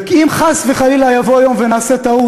ואם חס וחלילה יבוא יום ונעשה טעות,